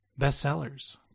bestsellers